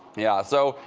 yeah so,